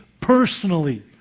personally